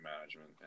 management